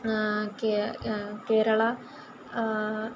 K Kerala